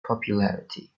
popularity